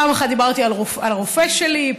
פעם אחת דיברתי על הרופא שלי,